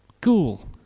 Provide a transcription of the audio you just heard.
cool